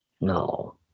no